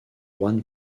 juan